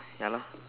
ya lah